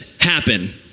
happen